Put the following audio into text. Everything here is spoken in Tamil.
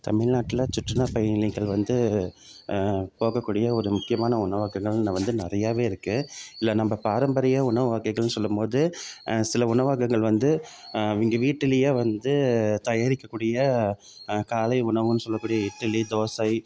தமிழ்நாட்ல சுற்றுலா பயணிகள் வந்து போக கூடிய ஒரு முக்கியமான உணவகங்கள்னால் வந்து நிறையாவே இருக்குது இல்லை நம்ம பாரம்பரிய உணவு வகைகள்னு சொல்லும் போது சில உணவகங்கள் வந்து அவங்க வீட்டிலையே வந்து தயாரிக்க கூடிய காலை உணவுனு சொல்ல கூடிய இட்லி தோசை